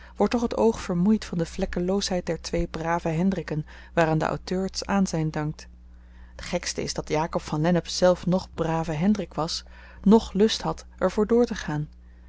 wordt toch het oog vermoeid van de vlekkeloosheid der twee brave hendrikken waaraan de auteur t aanzyn dankt het gekste is dat jakob van lennep zelf noch brave hendrik was noch lust had er voor doortegaan